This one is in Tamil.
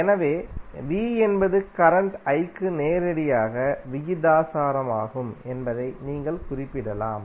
எனவே V என்பது கரண்ட் I க்கு நேரடியாக விகிதாசாரமாகும் என்பதை நீங்கள் குறிப்பிடலாம்